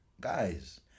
Guys